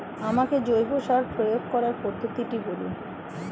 আমাকে জৈব সার প্রয়োগ করার পদ্ধতিটি বলুন?